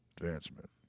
Advancement